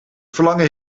verlangen